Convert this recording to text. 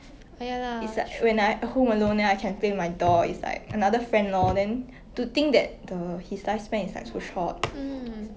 ya lah true mm